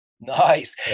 nice